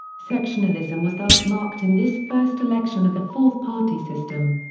sectionalism was thus marked in this first election of the fourth party system.